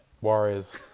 Warriors